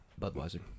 Budweiser